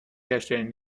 herstellen